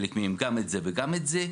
חלק מהם גם זה וגם זה.